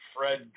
Fred